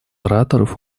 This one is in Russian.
ораторов